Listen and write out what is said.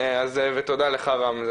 אז אנחנו משתדלים מאוד.